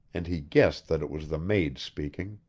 and he guessed that it was the maid speaking.